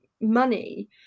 money